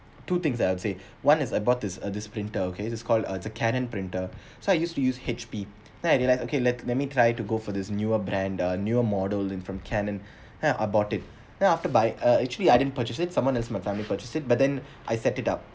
two things I would say one is uh I bought this uh printer okay it's call uh the Canon printer so I used to use H_P then I realise okay let let me try to go for this newer brand newer model in from Canon then I bought it then after buy uh actually I didn't purchase it someone in my family purchase it but then I set it up